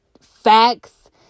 facts